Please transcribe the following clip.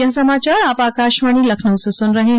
ब्रे क यह समाचार आप आकाशवाणी लखनऊ से सुन रहे हैं